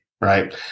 right